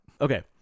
Okay